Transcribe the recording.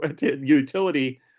utility